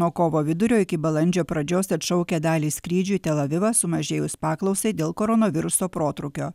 nuo kovo vidurio iki balandžio pradžios atšaukia dalį skrydžių į telavivą sumažėjus paklausai dėl koronaviruso protrūkio